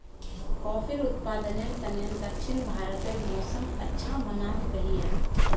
काफिर उत्पादनेर तने दक्षिण भारतेर मौसम अच्छा मनाल गहिये